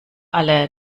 alle